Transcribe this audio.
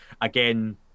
again